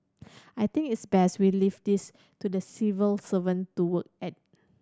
I think it's best we leave this to the civil servant to work at